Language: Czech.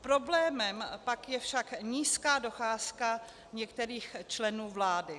Problémem pak je však nízká docházka některých členů vlády.